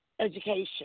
education